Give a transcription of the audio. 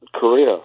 Korea